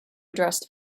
addressed